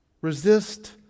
Resist